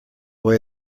way